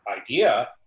idea